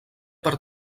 per